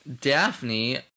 Daphne